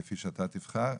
כפי שאתה תבחר.